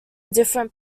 different